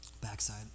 Backside